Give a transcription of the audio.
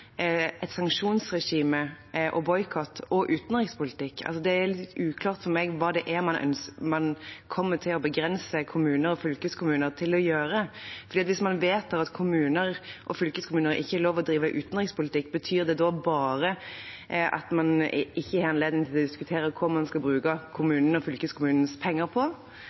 et sanksjonsregime og boikott og utenrikspolitikk. Det er litt uklart for meg hva det er man ønsker, hva man kommer til å begrense kommuner og fylkeskommuner til å gjøre. Hvis man vedtar at kommuner og fylkeskommuner ikke har lov til å bedrive utenrikspolitikk, betyr det da bare at man ikke har anledning til å diskutere hva man skal bruke kommunenes og fylkeskommunenes penger på